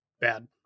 bad